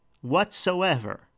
whatsoever